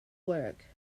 work